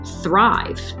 thrive